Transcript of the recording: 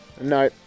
No